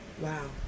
Wow